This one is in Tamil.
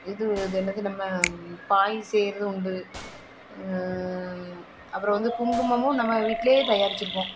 இது இது என்னது நம்ம பாய் செய்கிறதும் உண்டு அப்புறம் வந்து குங்குமமும் நம்ம வீட்டில் தயாரிச்சிப்போம்